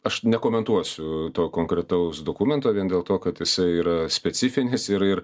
aš nekomentuosiu to konkretaus dokumento vien dėl to kad jisai yra specifinis ir ir